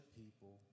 people